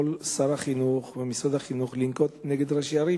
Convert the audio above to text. מה יכולים שר החינוך ומשרד החינוך לנקוט נגד ראשי ערים